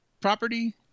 property